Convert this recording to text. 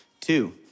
Two